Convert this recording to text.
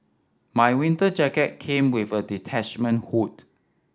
my winter jacket came with a detachment hood